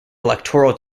electoral